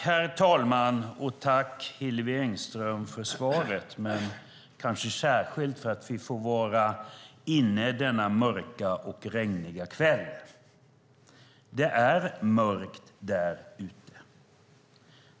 Herr talman! Tack för svaret, Hillevi Engström, men kanske särskilt för att vi får vara inne denna mörka och regniga kväll. Det är mörkt där ute.